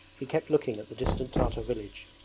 he kept looking at the distant tartar village.